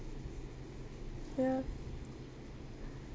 ya